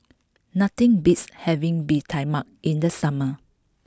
nothing beats having Bee Tai Mak in the summer